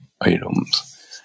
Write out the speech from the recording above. items